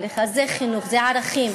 זה חינוך, זה ערכים.